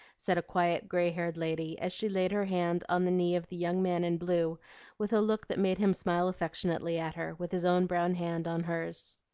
said a quiet, gray-haired lady, as she laid her hand on the knee of the young man in blue with a look that made him smile affectionately at her, with his own brown hand on hers.